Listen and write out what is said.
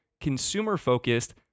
consumer-focused